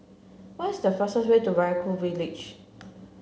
where's the fastest way to Vaiaku village